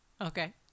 Okay